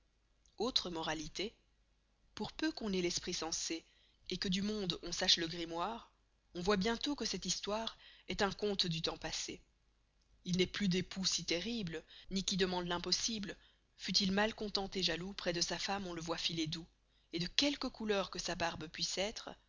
autre moralité pour peu qu'on ait l'esprit sensé et que du monde on sçache le grimoire on voit bien tost que cette histoire est un conte du temps passé il n'est plus d'époux si terrible ny qui demande l'impossible fût-il mal content et jaloux prés de sa femme on le voit filer doux et de quelque couleur que sa barbe puisse estre